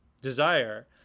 desire